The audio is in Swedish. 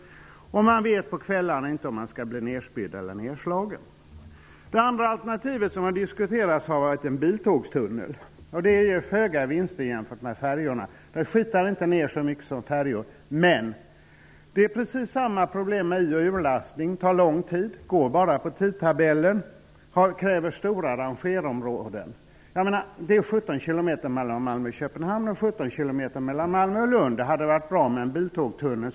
På kvällarna vet man inte om man skall bli nerspydd eller nerslagen. Det andra alternativet som har diskuterats har varit en biltågtunnel, vilket ger föga vinster jämfört med färjorna. En tunnel skitar inte ner så mycket som färjorna, men det är precis samma problem vid ioch urlastning. Det tar lång tid och tågen går bara enligt tidtabellen samtidigt som det kräver stora rangerområden. Det är 17 km mellan Malmö och Köpenhamn och 17 km mellan Malmö och Lund. Det hade varit bra med en biltågtunnel.